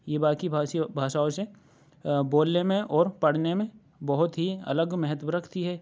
یہ باقی بھاسیو بھاساؤں سے بولنے میں اور پڑھنے میں بہت ہی الگ مہتو رکھتی ہے